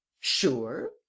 sure